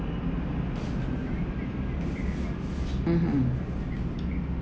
mmhmm